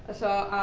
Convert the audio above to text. so